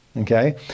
Okay